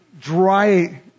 dry